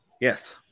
Yes